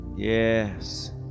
Yes